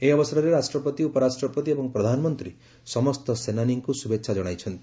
ଏହି ଅବସରରେ ରାଷ୍ଟ୍ରପତି ଉପରାଷ୍ଟ୍ରପତି ଏବଂ ପ୍ରଧାନମନ୍ତ୍ରୀ ସମସ୍ତ ସେନାନୀଙ୍କୁ ଶୁଭେଚ୍ଛା ଜଣାଇଛନ୍ତି